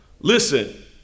Listen